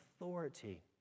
authority